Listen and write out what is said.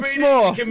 more